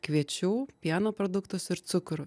kviečių pieno produktus ir cukrų